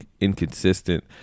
inconsistent